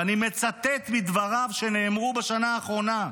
ואני מצטט מדבריו שנאמרו בשנה האחרונה,